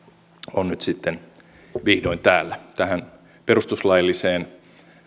on nyt sitten vihdoin täällä tähän perustuslailliseen